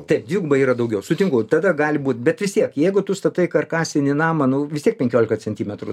taip dvigubai yra daugiau sutinku tada gali būt bet vis tiek jeigu tu statai karkasinį namą nu vis tiek penkiolika centimetrų